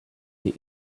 the